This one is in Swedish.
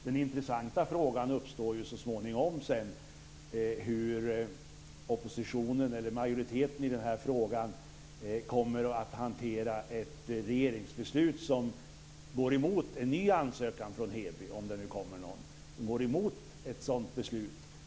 Den intressanta frågan uppstår så småningom, hur majoriteten i den här frågan kommer att hantera ett regeringsbeslut som går emot en ny ansökan från Heby, om det nu kommer någon.